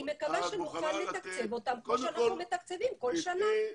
מקווה שנוכל לתקצב אותם כמו שאנחנו מתקצבים כל שנה.